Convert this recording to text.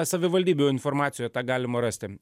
savivaldybių informacijoj tą galima rasti